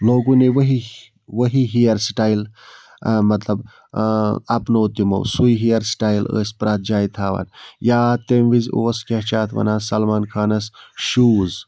لوگوں نے وہی وہی ہیٚیَر سِٹایِل مطلب اَپنو تِمو سُے ہیٚیَر سِٹایِل ٲسۍ پرٛٮ۪تھ جایہِ تھاوان یا تمہِ وِزِ اوس کیٛاہ چھِ اتھ وَنان سَلمان خانَس شوٗز